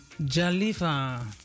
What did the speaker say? Jalifa